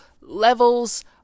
levels